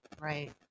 Right